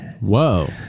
Whoa